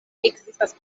ekzistas